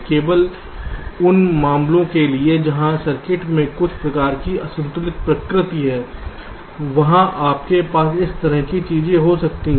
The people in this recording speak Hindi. केवल उन मामलों के लिए जहां सर्किट में कुछ प्रकार की असंतुलित प्रकृति है वहां आपके पास इस तरह की चीजें हो सकती हैं